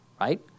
right